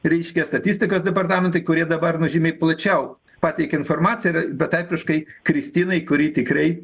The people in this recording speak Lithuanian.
reiškia statistikos departamentui kurie dabar nu žymiai plačiau pateikė informaciją betarpiškai kristinai kuri tikrai